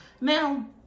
now